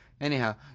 Anyhow